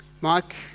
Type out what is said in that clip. Mike